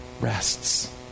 rests